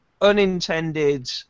unintended